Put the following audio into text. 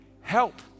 help